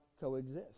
coexist